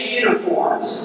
uniforms